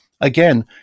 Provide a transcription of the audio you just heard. again